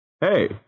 Hey